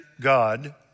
God